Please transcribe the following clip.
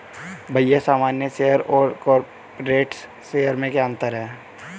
भैया सामान्य शेयर और कॉरपोरेट्स शेयर में क्या अंतर है?